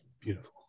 beautiful